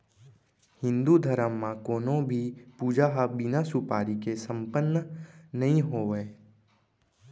हिन्दू धरम म कोनों भी पूजा ह बिना सुपारी के सम्पन्न नइ होवय